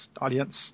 audience